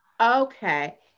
Okay